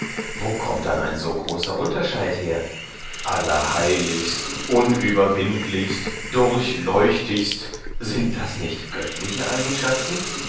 wo kommt dann ein so großer unterscheid her allerheiligst unüberwindlichst durchleuchtigst sind das nicht göttliche eigenschaften